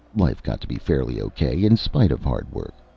life got to be fairly okay, in spite of hard work.